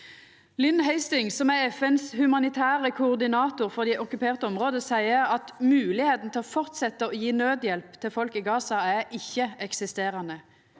Lynn Hastings, som er FNs humanitære koordinator for dei okkuperte områda, seier at moglegheitene til å fortsetja å gje naudhjelp til folk i Gaza er ikkje-eksisterande: